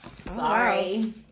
Sorry